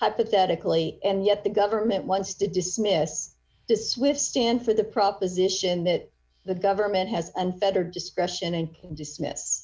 hypothetically and yet the government wants to dismiss this with stand for the proposition that the government has unfettered discretion and dismiss